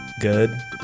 good